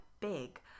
big